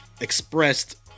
expressed